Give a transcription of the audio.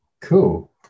cool